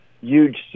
huge